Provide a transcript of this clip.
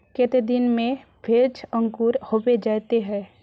केते दिन में भेज अंकूर होबे जयते है?